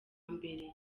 mbere